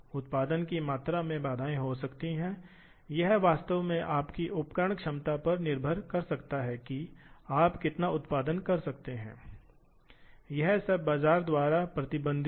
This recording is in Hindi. तो भले ही यह स्थान त्रुटीपूर्ण हो यह स्थान पूर्ण प्रणाली होने पर नहीं होगा लेकिन यदि यह एक वृद्धिशील प्रणाली है तो यदि एक बिंदु पर ज्यामितीय निर्देशांक समान नहीं हैं तो उच्च संभावना है कि अन्य सभी ज्यामितीय निर्देशांक भी प्रभावित हो जाएगा अगर निर्देशांक प्रदान करने की प्रणाली वृद्धिशील है और यह प्रदर्शनी है